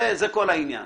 זה כל העניין.